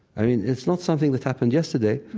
i mean, it's not something that happened yesterday,